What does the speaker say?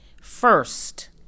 first